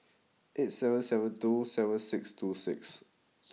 eight seven seven two seven six two six